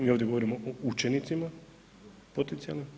Mi ovdje govorimo o učenici potencijalnima.